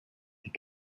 die